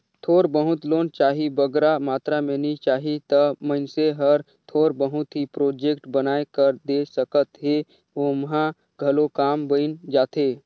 थोर बहुत लोन चाही बगरा मातरा में नी चाही ता मइनसे हर थोर बहुत ही प्रोजेक्ट बनाए कर दे सकत हे ओम्हां घलो काम बइन जाथे